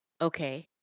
okay